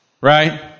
right